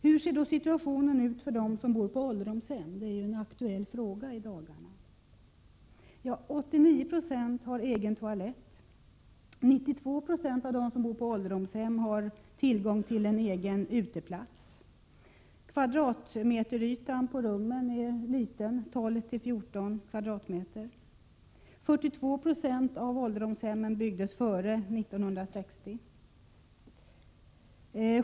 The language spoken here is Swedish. Hur ser då situationen ut för dem som bor på ålderdomshem? Det är ju en aktuell fråga i dagarna. 89 96 har egen toalett, och 92 96 har tillgång till egen uteplats. Kvadratmeterytan på rummen är liten: 12-14 m?. 42 2 av ålderdomshemmen byggdes före 1960.